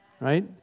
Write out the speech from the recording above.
right